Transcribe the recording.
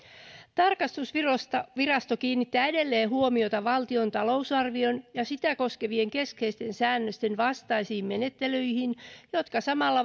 tarkastusvirasto kiinnittää edelleen huomiota valtion talousarvion ja sitä koskevien keskeisten säännösten vastaisiin menettelyihin jotka samalla